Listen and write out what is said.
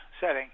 setting